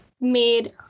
made